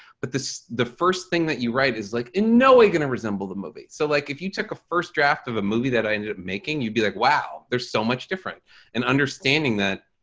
but this the first thing that you write is like in no way gonna resemble the movie. so like if you took a first draft of a movie that i ended up making you'd be like wow, they're so much different and understanding that